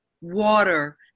water